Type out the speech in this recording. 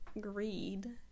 Greed